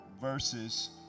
verses